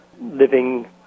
living